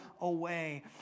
away